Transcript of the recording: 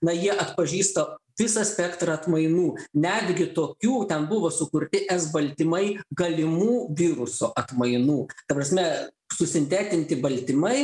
na jie atpažįsta visą spektrą atmainų netgi tokių ten buvo sukurti s baltymai galimų viruso atmainų ta prasme susintetinti baltymai